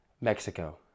Mexico